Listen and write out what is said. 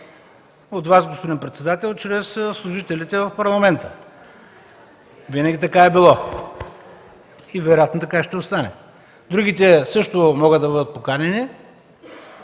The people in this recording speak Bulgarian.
от Вас, господин председател, чрез служителите в Парламента – винаги така е било, и вероятно така ще остане. Другите също могат да бъдат поканени.